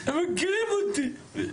הם מכירים אותי,